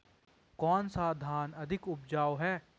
कौन सा धान अधिक उपजाऊ है?